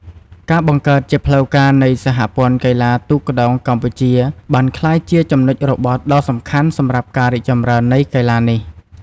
ការបង្កើតជាផ្លូវការនៃសហព័ន្ធកីឡាទូកក្ដោងកម្ពុជាបានក្លាយជាចំណុចរបត់ដ៏សំខាន់សម្រាប់ការរីកចម្រើននៃកីឡានេះ។